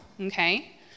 okay